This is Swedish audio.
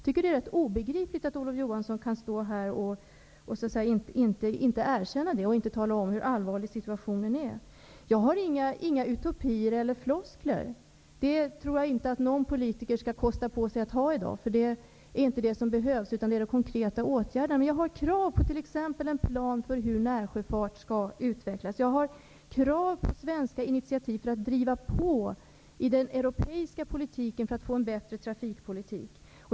Det är ganska obegripligt att Olof Johansson kan stå här utan att erkänna det och utan att tala om hur allvarlig situationen är. Jag vill inte komma med några utopier eller floskler. Det tror jag inte att någon politiker skall kosta på sig att göra i dag. Det är inte detta som behövs, utan konkreta åtgärder. Men jag ställer krav på att en plan för hur närsjöfarten skall utvecklas. Jag ställer även krav på svenska initiativ för att driva på i den europeiska politiken och därmed skapa en bättre trafikpolitik.